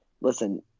Listen